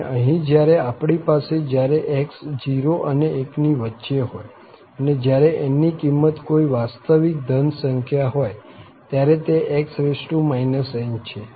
અને અહીં જ્યારે આપણી પાસે જ્યારે x 0 અને 1 વચ્ચે હોય અને જયારે n ની કિંમત કોઈ વાસ્તવિક ધન સંખ્યા હોય ત્યારે તે x n છે